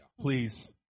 Please